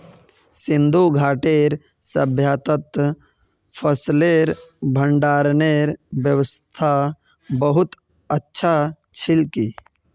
सिंधु घाटीर सभय्तात फसलेर भंडारनेर व्यवस्था बहुत अच्छा छिल की